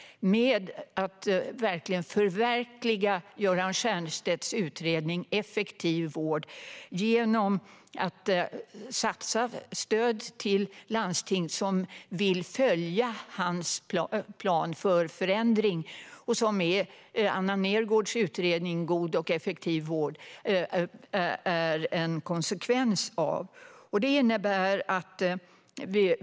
Vi vill verkligen förverkliga Göran Stiernstedts utredning Effektiv vård genom att satsa på stöd till landsting som vill följa hans plan för förändring. En konsekvens av den utredningen är Anna Nergårdhs utredning God och nära vård .